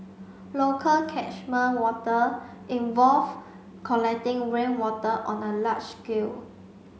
local catchment water involve collecting rainwater on a large scale